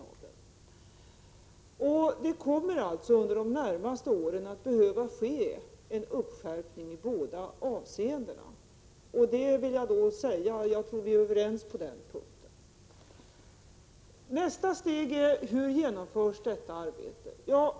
Jag vill säga att det alltså under de närmaste åren kommer att behöva ske en uppskärpning i båda avseendena. Jag tror vi är överens på den punkten. Nästa steg: Hur genomförs detta arbete?